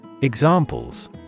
Examples